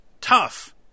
tough